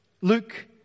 Luke